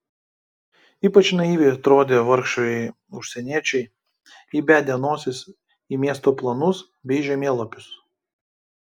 ypač naiviai atrodė vargšai užsieniečiai įbedę nosis į miesto planus bei žemėlapius